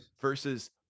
versus